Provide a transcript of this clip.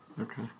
Okay